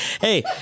Hey